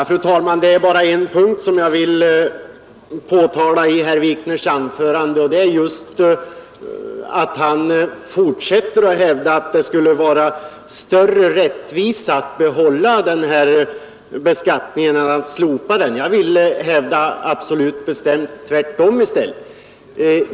Fru talman! Det är bara en punkt i herr Wikners anförande som jag vill påtala. Han fortsätter att hävda att det skulle vara större rättvisa att behålla denna beskattning än att slopa den. Jag vill bestämt hävda att det är tvärtom.